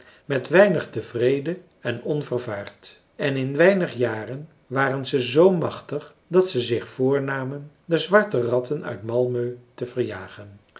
met weinig tevreden en onvervaard en in weinig jaren waren ze zoo machtig dat ze zich voornamen de zwarte ratten uit malmö te verjagen